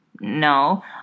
No